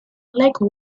lake